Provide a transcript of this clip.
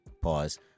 Pause